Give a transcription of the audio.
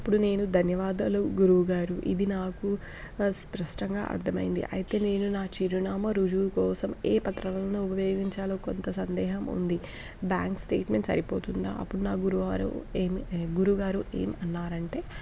అప్పుడు నేను ధన్యవాదాలు గురువు గారు ఇది నాకు స్పష్టంగా అర్థమైంది అయితే నేను నా చిరునామ రుజువు కోసం ఏ పత్రాలను ఉపయోగించాలో కొంత సందేహం ఉంది బ్యాంక్ స్టేట్మెంట్ సరిపోతుందా అప్పుడు నా గురువువారు ఏమి గురువు గారు ఏం అన్నారంటే